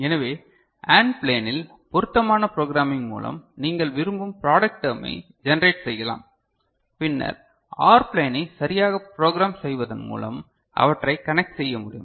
எனவே AND ப்ளேனில் பொருத்தமான ப்ரோக்ராமிங் மூலம் நீங்கள் விரும்பும் ப்ராடக்ட் டெர்மை ஜெனரேட் செய்யலாம் பின்னர் OR ப்ளேனை சரியான ப்ரோக்ராம் செய்வதன் மூலமும் அவற்றை கனெக்ட் செய்ய முடியும்